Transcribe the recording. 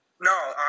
No